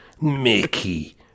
Mickey